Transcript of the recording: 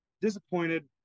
Disappointed